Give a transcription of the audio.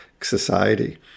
society